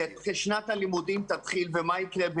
כי שנת הלימודים תתחיל, ומה יקרה?